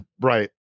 Right